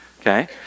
Okay